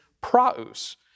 praus